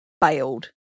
bailed